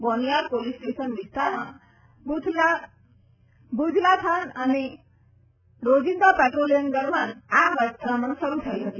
Boniyar police station વિસ્તારમાં ભુજથાલાન ખાતે રોજીંદા પેટ્રોલીંગ દરમિયાન આ અથડામણ શરૂ થઈ હતી